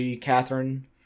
Catherine